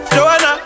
Joanna